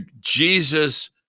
Jesus